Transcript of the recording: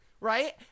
right